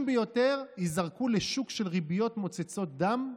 ביותר ייזרקו לשוק של ריביות מוצצות דם.